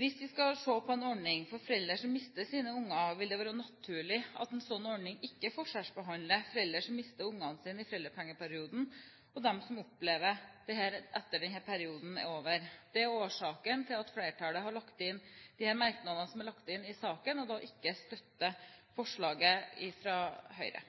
Hvis vi skal se på en ordning for foreldre som mister sine barn, vil det være naturlig at en slik ordning ikke forskjellsbehandler foreldre som mister barna sine i foreldrepengeperioden, og foreldre som opplever dette etter at denne perioden er over. Det er årsaken til at flertallet har lagt inn disse merknadene i saken, og ikke støtter forslaget fra Høyre.